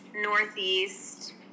northeast